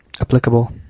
applicable